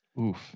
Oof